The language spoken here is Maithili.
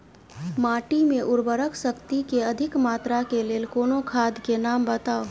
माटि मे उर्वरक शक्ति केँ अधिक मात्रा केँ लेल कोनो खाद केँ नाम बताऊ?